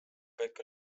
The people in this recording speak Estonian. kõik